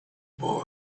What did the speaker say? boy